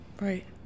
Right